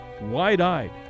wide-eyed